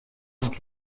und